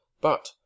But